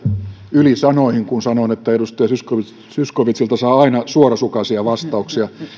ylisanoihin kun sanoin että edustaja zyskowiczilta saa aina suorasukaisia vastauksia